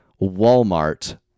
Walmart